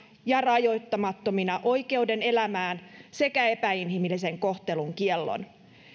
ja rajoittamattomina oikeuden elämään sekä epäinhimillisen kohtelun kiellon